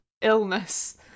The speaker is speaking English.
illness